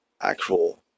actual